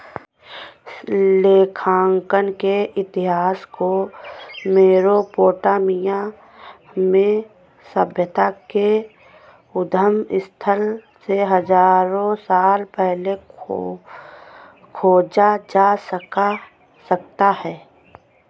लेखांकन के इतिहास को मेसोपोटामिया में सभ्यता के उद्गम स्थल से हजारों साल पहले खोजा जा सकता हैं